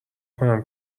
کنم